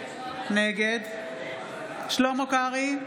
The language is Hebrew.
נגד שלמה קרעי,